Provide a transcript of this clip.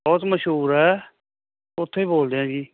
ਬਹੁਤ ਮਸ਼ਹੂਰ ਐ ਉਥੇ ਬੋਲਦੇ ਆਂ ਜੀ